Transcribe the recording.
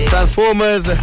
Transformers